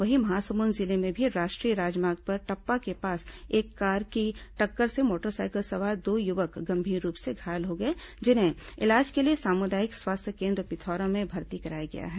वहीं महासमुंद जिले में भी राष्ट्रीय राजमार्ग पर टप्पा के पास कार की टक्कर से मोटरसाइकिल सवार दो युवक गंभीर रूप से घायल हो गए जिन्हें इलाज के लिए सामुदायिक स्वास्थ्य केन्द्र पिथौरा में भर्ती कराया गया है